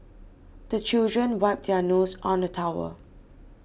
the children wipe their noses on the towel